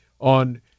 on